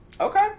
okay